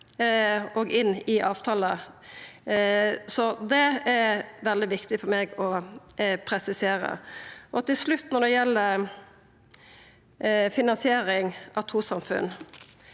og inn i avtaler. Det er veldig viktig for meg å presisera. Til slutt, når det gjeld finansiering av trussamfunn: